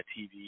TV